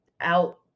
out